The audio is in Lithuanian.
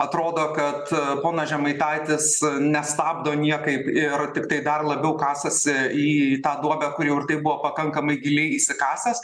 atrodo kad ponas žemaitaitis nestabdo niekaip ir tiktai dar labiau kasasi į tą duobę kuri jau ir taip buvo pakankamai giliai įsikasęs